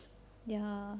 ya